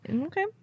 Okay